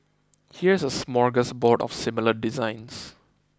here's a smorgasbord of similar designs